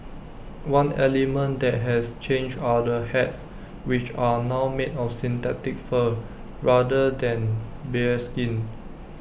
one element that has changed are the hats which are now made of synthetic fur rather than bearskin